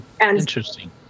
interesting